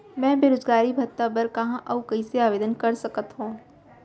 मैं बेरोजगारी भत्ता बर कहाँ अऊ कइसे आवेदन कर सकत हओं?